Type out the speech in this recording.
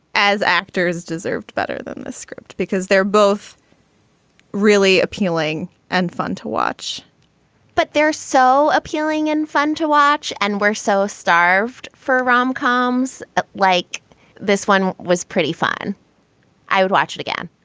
as actors deserved better than the script because they're both really appealing and fun to watch but they're so appealing and fun to watch and we're so starved for rom coms ah like this one was pretty fun i would watch it again